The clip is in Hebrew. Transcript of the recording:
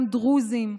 גם דרוזים.